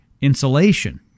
insulation